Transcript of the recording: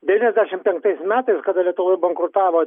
devyniasdešim penktais metais kada lietuvoj bankrutavo